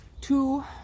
two